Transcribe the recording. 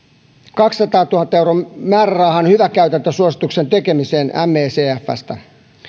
kahdensadantuhannen euron määrärahan hyvä käytäntö suosituksen tekemiseen me cfsstä